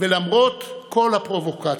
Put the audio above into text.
ולמרות כל הפרובוקציות",